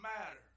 matter